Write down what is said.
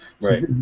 Right